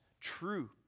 true